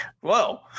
Whoa